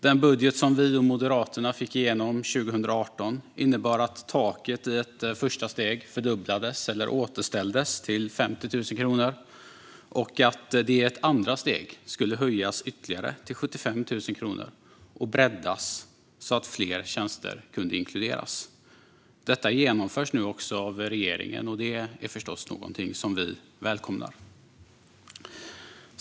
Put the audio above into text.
Den budget som vi och Moderaterna fick igenom 2018 innebar att taket i ett första steg återställdes till 50 000 kronor och att det i ett andra steg skulle höjas ytterligare till 75 000 kronor och breddas så att fler tjänster kunde inkluderas. Detta genomförs nu också av regeringen, och det är förstås någonting som vi välkomnar.